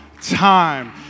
time